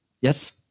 yes